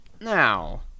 now